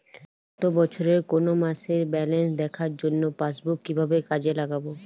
গত বছরের কোনো মাসের ব্যালেন্স দেখার জন্য পাসবুক কীভাবে কাজে লাগাব?